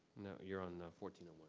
no, you're on the fourteenth.